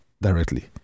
directly